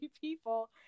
people